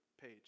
page